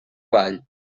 vall